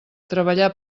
treballar